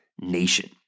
nation